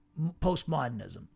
postmodernism